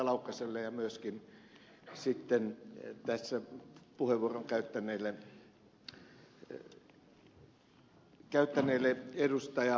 laukkaselle ja myöskin tässä puheenvuoron käyttäneelle ed